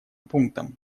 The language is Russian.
пунктам